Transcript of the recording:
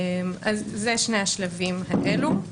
אלה שני השלבים האלו.